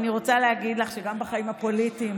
אני רוצה להגיד לך שגם בחיים הפוליטיים,